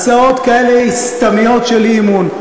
הצעות כאלה סתמיות של אי-אמון.